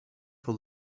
for